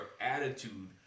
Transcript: attitude